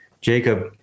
jacob